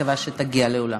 מקווה שתגיע לאולם.